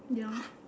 ya